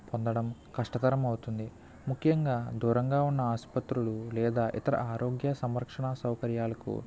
పొందడం కష్టతరం అవుతుంది ముఖ్యంగా దూరంగా ఉన్న ఆసుపత్రులు లేదా ఇతర ఆరోగ్య సంరక్షణ సౌకర్యాలకు